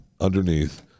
underneath